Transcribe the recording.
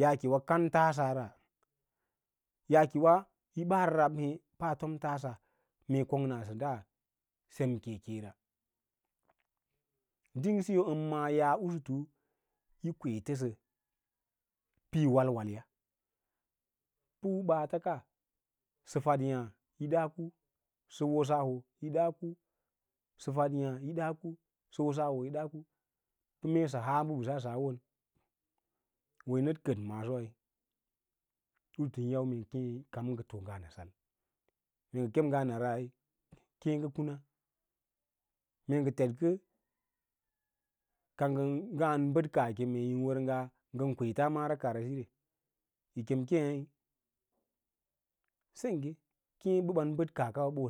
yake wa kan tasa ra yaake we yi baarə rab hě paa tom tasa mee kongʌasəɗa sem keke ra aiy siyo ən ma’â yaa usutu yi kwetəsə pəyi walwalya pə baata ka sə faɗ yǎǎ yi ɗa kuu sə wo sa ho yi ɗa kuu sə foɗ yaã yi ɗa kuu sə wo sa ho yi ɗa kuu pə sə haa mbəsa saa won wo yi nəd kəd maasoí usut yin yau mee kíi kam ngə too nga nasa mee ngə kem nga navai keẽ ngə kuna mee ngə tutka ka ngə ka ngə am bədkaah ke yin wər ngaa ngəm kwets mara kaah ra siri yin keí sengge keẽ ɓə ɓam bəo kaah kaba ɓosa.